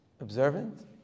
observant